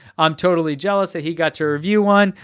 i'm totally jealous that he got to review one,